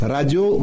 Radio